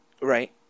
Right